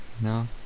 No